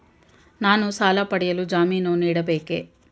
ನಾನು ಸಾಲ ಪಡೆಯಲು ಜಾಮೀನು ನೀಡಬೇಕೇ?